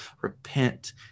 repent